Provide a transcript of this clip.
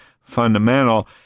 fundamental